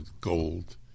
gold